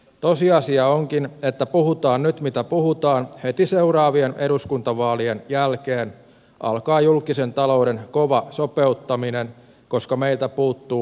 tosiasia onkin että puhutaan nyt mitä puhutaan heti seuraavien eduskuntavaalien jälkeen alkaa julkisen talouden kova sopeuttaminen koska meiltä puuttuu oma rahapolitiikka